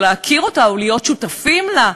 או להכיר אותה או להיות שותפים לה?